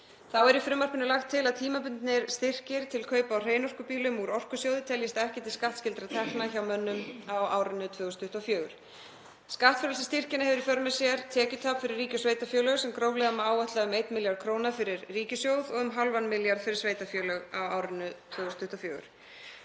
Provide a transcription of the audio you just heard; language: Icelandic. Þá er í frumvarpinu lagt til að tímabundnir styrkir til kaupa á hreinorkubílum úr Orkusjóði teljist ekki til skattskyldra tekna hjá mönnum á árinu 2024. Skattfrelsi styrkjanna hefur í för með sér tekjutap fyrir ríki og sveitarfélög sem gróflega má áætla um 1 milljarð kr. fyrir ríkissjóð og um 0,5 milljarða kr. fyrir sveitarfélög á árinu 2024.